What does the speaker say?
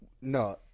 no